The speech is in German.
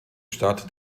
stadt